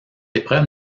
épreuve